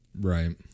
Right